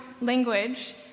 language